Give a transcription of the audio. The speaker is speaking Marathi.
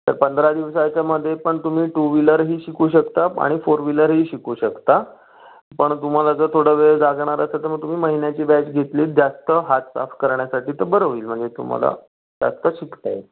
तर पंधरा दिवसाच्यामध्ये पण तुम्ही टू व्हिलरही शिकू शकता आणि फोर व्हिलरही शिकू शकता पण तुम्हाला जर थोडा वेळ लागणार असेल तर मग तुम्ही महिन्याची बॅच घेतलीत जास्त हात साफ करण्यासाठी तर बरं होईल म्हणजे तुम्हाला जास्त शिकता येईल